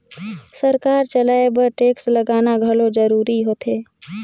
सरकार चलाए बर टेक्स लगाना घलो जरूरीच होथे